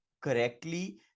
correctly